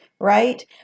right